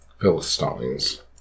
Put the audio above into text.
Philistines